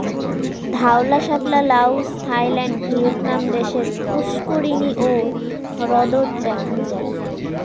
ধওলা শাপলা Laos, Thailand, Vietnam দ্যাশের পুস্কুরিনী ও হ্রদত দ্যাখাং যাই